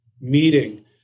meeting